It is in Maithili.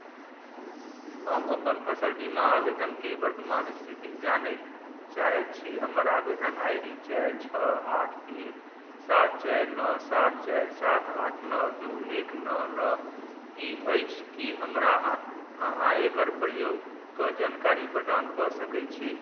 हम अपन फसल बीमा आवेदनके वर्तमान स्थिति जानय चाहैत छी हमर आवेदन आइ डी चारि छओ आठ तीन सात चारि नओ सात चारि सात आठ नओ दू एक नओ नओ ई अछि की अहाँ एकर प्रयोग कऽ जानकारी प्रदान कऽ सकैत छी